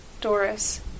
Doris